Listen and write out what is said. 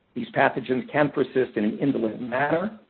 these pathogens can persist in an indolent matter.